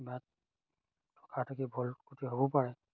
কিবা থুকা থুকি ভুল ক্ৰূতি হ'ব পাৰে